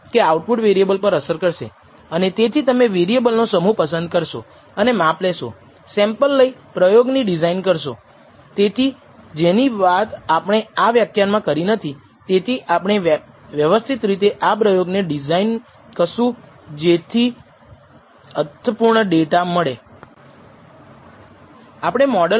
જો તમને આ સાધનની ચોકસાઈ વિશે થોડું જ્ઞાન હોય તો આપણે તેમાંથી σ2 લઈ શકીએ છીએ પરંતુ મોટાભાગના કિસ્સાઓમાં ડેટા વિશ્લેષણના કેસોમાં આશ્રિત ચલને માપવા માટે વપરાયેલા સાધનની ચોકસાઈ શું છે તે આપણને કહેવામાં આવતું નથી